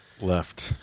Left